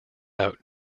out